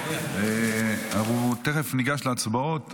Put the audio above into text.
תכף ניגש להצבעות.